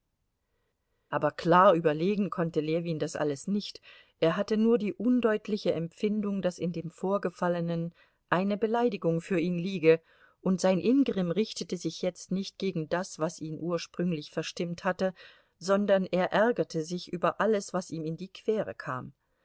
aber klar überlegen konnte ljewin das alles nicht er hatte nur die undeutliche empfindung daß in dem vorgefallenen eine beleidigung für ihn liege und sein ingrimm richtete sich jetzt nicht gegen das was ihn ursprünglich verstimmt hatte sondern er ärgerte sich über alles was ihm in die quere kam